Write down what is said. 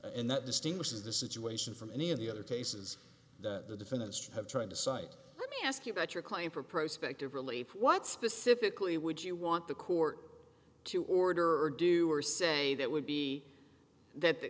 and that distinguishes the situation from any of the other cases that the defendants have tried to cite let me ask you about your claim for prospect of relief what specifically would you want the court to order or do or say that would be that